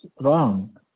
wrong